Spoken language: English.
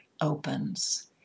opens